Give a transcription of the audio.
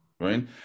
right